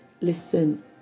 Listen